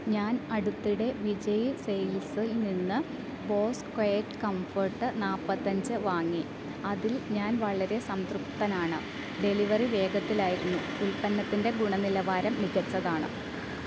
ഞാൻ അടുത്തിടെ വിജയ് സെയിൽസിൽ നിന്ന് ബോസ് ക്വയറ്റ് കംഫർട്ട് നാല്പ്പത്തിയഞ്ച് വാങ്ങി അതിൽ ഞാൻ വളരെ സംതൃപ്തനാണ് ഡെലിവറി വേഗത്തിലായിരുന്നു ഉൽപ്പന്നത്തിൻ്റെ ഗുണനിലവാരം മികച്ചതാണ്